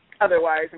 otherwise